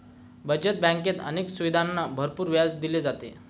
बचत बँकेत अनेक सुविधांना भरपूर व्याज दिले जाते